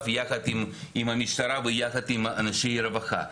יחד עם המשטרה ויחד עם אנשי הרווחה.